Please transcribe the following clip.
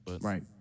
Right